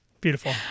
Beautiful